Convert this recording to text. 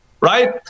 right